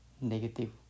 negative